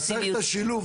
אז צריך את השילוב.